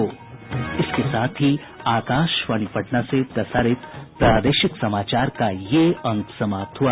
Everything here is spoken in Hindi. इसके साथ ही आकाशवाणी पटना से प्रसारित प्रादेशिक समाचार का ये अंक समाप्त हुआ